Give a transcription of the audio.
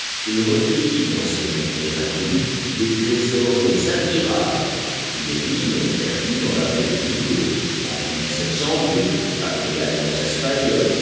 il recueillit dans ces mondes inconnus des trésors admirables les millions perdus dans la baie de vigo en par les galions espagnols